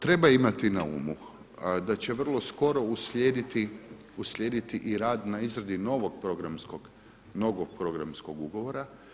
Treba imati na umu da će vrlo skoro uslijediti i rad na izradi novog Programskog ugovora.